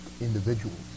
individuals